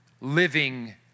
living